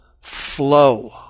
flow